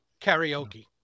Karaoke